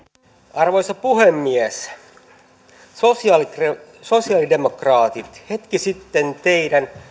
arvoisa puhemies sosialidemokraatit hetki sitten teidän